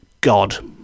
god